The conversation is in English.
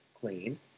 clean